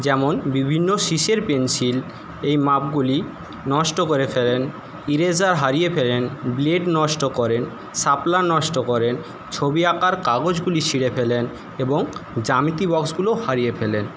যেমন বিভিন্ন সিসের পেনসিল এই মাপগুলি নষ্ট করে ফেলেন ইরেজার হারিয়ে ফেলেন ব্লেড নষ্ট করেন শার্পনার নষ্ট করেন ছবি আঁকার কাগজগুলি ছিঁড়ে ফেলেন এবং জামিতি বক্সগুলো হারিয়ে ফেলেন